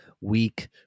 weak